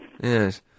Yes